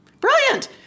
brilliant